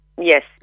Yes